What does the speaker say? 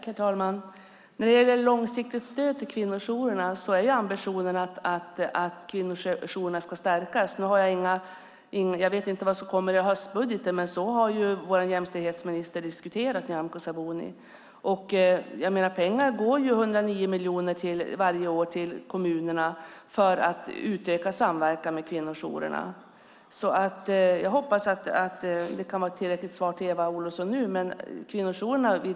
Herr talman! När det gäller långsiktigt stöd till kvinnojourerna är ambitionen att kvinnojourerna ska stärkas. Nu vet jag inte vad som kommer i höstbudgeten, men så har vår jämställdhetsminister Nyamko Sabuni diskuterat. Det är 109 miljoner som varje år går till kommunerna för att utöka samverkan med kvinnojourerna. Jag hoppas att det kan vara ett tillräckligt svar till Eva Olofsson nu.